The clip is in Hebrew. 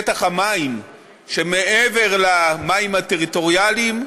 שטח המים שמעבר למים הטריטוריאליים,